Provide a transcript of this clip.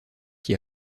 qui